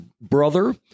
brother